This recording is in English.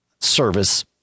service